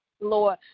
Lord